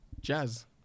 jazz